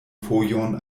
fojon